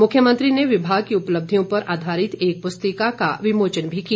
मुख्यमंत्री ने विभाग की उपलब्धियों पर आधारित एक प्रस्तिका का विमोचन भी किया